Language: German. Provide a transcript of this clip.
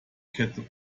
ketten